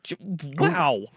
Wow